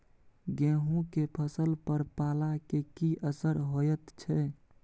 गेहूं के फसल पर पाला के की असर होयत छै?